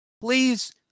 Please